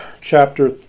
chapter